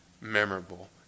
memorable